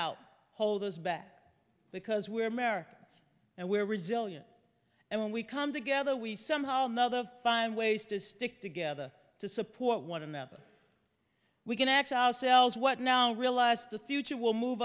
out hold us back because we're americans and we're resilient and when we come together we somehow another of find ways to stick together to support one another we can actually outsells what now realize the future will move